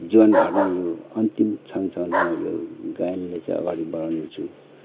जीवनभर नै यो अन्तिम क्षणसम्म म यो गायनलाई चाहिँ अगाडि बढाउने छु